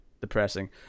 depressing